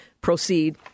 proceed